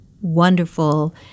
wonderful